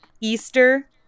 Easter